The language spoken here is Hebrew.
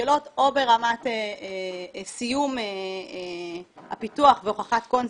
בשלות או ברמת סיום הפיתוח והוכחת קונספט,